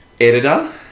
editor